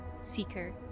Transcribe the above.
Seeker